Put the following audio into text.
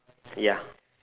ya